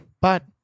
But-